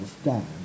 stand